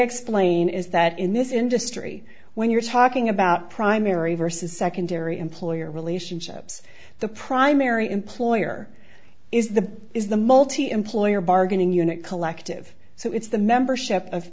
explain is that in this industry when you're talking about primary versus secondary employer relationships the primary employer is the is the multi employer bargaining unit collective so it's the membership of